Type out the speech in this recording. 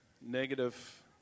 negative